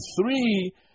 three